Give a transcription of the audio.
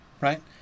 right